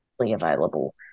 available